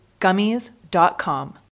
Gummies.com